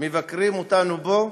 מבקרים אותנו בו,